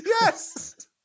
Yes